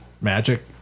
magic